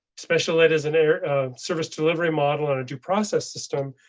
special ed is an air service delivery model on a due process system,